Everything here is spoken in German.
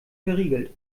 verriegelt